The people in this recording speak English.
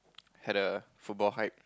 had a football hype